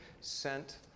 sent